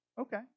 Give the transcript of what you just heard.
Okay